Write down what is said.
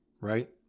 right